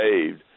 saved